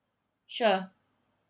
sure